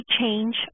change